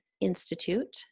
Institute